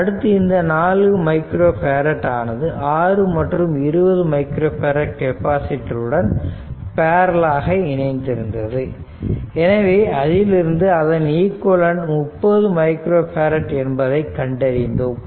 அடுத்து இந்த 4 micro farad ஆனது 6 மற்றும் 20 மைக்ரோ பேரட் கெப்பாசிட்டர் உடன் பேரலல் ஆக இணைந்திருந்தது எனவே அதிலிருந்து அதன் ஈக்விவலெண்ட் 30 மைக்ரோ பேரட் என்பதை கண்டறிந்தோம்